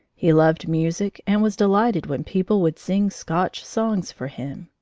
he loved music and was delighted when people would sing scotch songs for him.